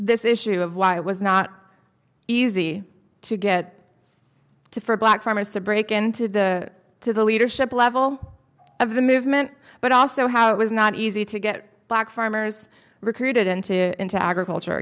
this issue of why it was not easy to get to for black farmers to break into the to the leadership level of the movement but also how it was not easy to get black farmers recruited into into agriculture